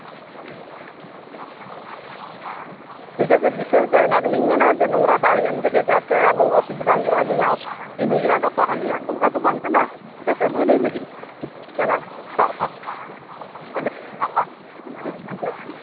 ᱴᱷᱤᱠ ᱟᱪᱷᱮ ᱵᱤᱥᱮᱥ ᱫᱚ ᱚᱱᱟ ᱜᱮᱞᱤᱧ ᱢᱮᱱᱟ ᱡᱮ ᱱᱚᱝᱨᱟ ᱫᱟᱜ ᱦᱮᱡ ᱮᱱ ᱛᱮᱜᱮ ᱡᱟᱛᱮ ᱟᱞᱚ ᱚᱥᱩᱵᱤᱫᱟ ᱦᱩᱭᱩᱜ ᱟᱞᱤᱧᱟᱜ ᱚᱥᱩᱵᱚᱫᱟ ᱦᱩᱭᱩᱜᱼᱟ ᱜᱟᱯᱟ ᱦᱟᱱᱤᱭᱟᱜ ᱱᱚᱝᱠᱟ ᱫᱚ ᱵᱟᱝ ᱠᱟᱱᱟ ᱡᱟᱛᱮ ᱵᱷᱟᱹᱞᱟᱹᱭ ᱞᱟᱹᱜᱤᱫ ᱠᱟᱹᱢᱤ ᱠᱟᱱᱟ ᱫᱟᱜ ᱥᱟᱶᱛᱮ ᱡᱚᱠᱷᱚᱱ ᱵᱷᱟᱹᱞᱟᱹᱭ ᱵᱚᱱ ᱧᱟᱢᱟ ᱟᱞᱤᱧ ᱞᱤᱧ ᱠᱷᱚᱡᱚᱜ ᱠᱟᱱᱟ